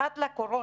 עד לקורונה,